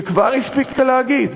שכבר הספיקה להגיד,